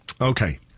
Okay